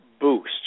boost